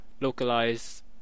localize